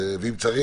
ואם צריך,